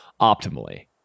optimally